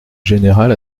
général